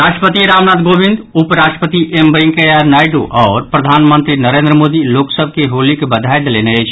राष्ट्रपति रामनाथ कोविंद उप राष्ट्रपति एम वेंकैया नायडू आओर प्रधानमंत्री नरेन्द्र मोदी लोक सभ के होलीक बधाई देलनि अछि